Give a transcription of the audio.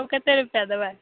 अहाँ कतेक रुपआ देबै